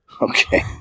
Okay